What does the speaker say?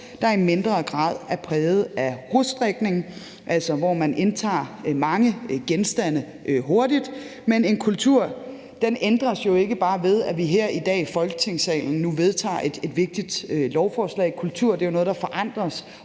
der i mindre grad er præget af rusdrikning, altså hvor man indtager mange genstande hurtigt. Men en kultur ændres jo ikke bare ved, at vi her i dag i Folketingssalen nu vedtager et vigtigt lovforslag. Kultur er